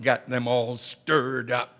got them all spurred up